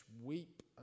weep